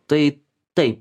tai taip